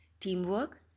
teamwork